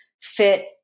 fit